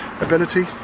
ability